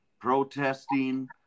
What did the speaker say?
protesting